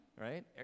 right